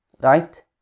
right